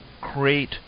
create